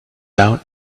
out